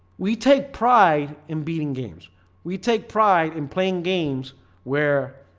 we take pride in beating games we take pride in playing games where?